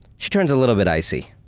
she turns a little bit icy,